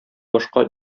башка